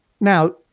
Now